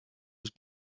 was